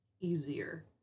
easier